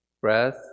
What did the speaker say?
Breath